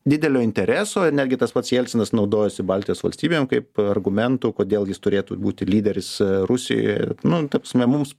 didelio intereso netgi tas pats jelcinas naudojosi baltijos valstybėm kaip argumentu kodėl jis turėtų būti lyderis rusijoj nu ta prasme mums